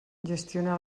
gestionar